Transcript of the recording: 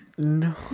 no